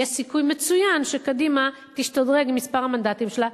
יש סיכוי מצוין שקדימה תשתדרג עם מספר המנדטים שלה.